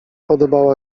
podobała